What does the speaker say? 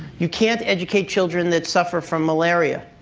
you can't educate children that suffer from malaria.